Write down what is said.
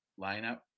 lineup